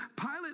Pilate